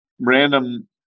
Random